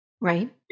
Right